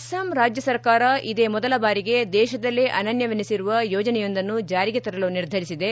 ಅಸ್ನಾಂ ರಾಜ್ಯ ಸರ್ಕಾರ ಇದೇ ಮೊದಲ ಬಾರಿಗೆ ದೇಶದಲ್ಲೇ ಅನನ್ಲವೆನಿಸಿರುವ ಯೋಜನೆಯೊಂದನ್ನು ಜಾರಿ ತರಲು ನಿರ್ಧರಿಸಿದೆ